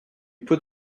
put